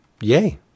yay